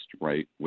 right